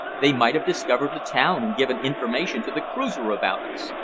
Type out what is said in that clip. they might have discovered the town and given information to the cruiser about us,